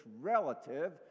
relative